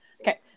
Okay